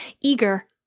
eager